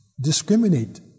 discriminate